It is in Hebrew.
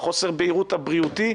לחוסר הבהירות הבריאותי.